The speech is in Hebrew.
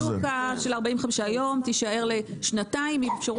--- של 45 יום תישאר לשנתיים עם אפשרות